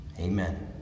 Amen